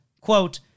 quote